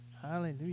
Hallelujah